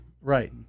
right